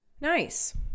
Nice